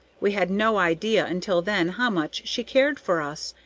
we had no idea until then how much she cared for us,